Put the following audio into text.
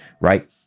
right